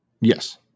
Yes